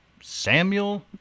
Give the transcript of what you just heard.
Samuel